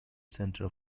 center